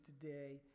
today